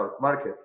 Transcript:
market